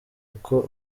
uko